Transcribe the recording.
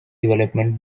development